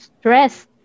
Stress